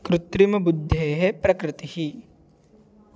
कृत्रिमबुद्धेः प्रकृतिः